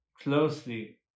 closely